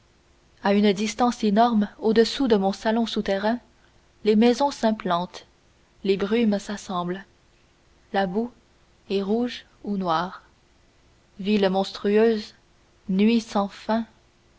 a une distance énorme au-dessus de mon salon souterrain les maisons s'implantent les brumes s'assemblent la boue est rouge ou noire ville monstrueuse nuit sans fin